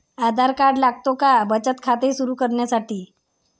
आधार card लागते का बचत खाते सुरू करण्यासाठी?